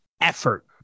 effort